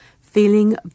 Feeling